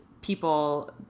people